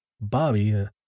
Bobby